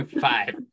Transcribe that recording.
Five